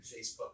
facebook